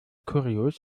kurios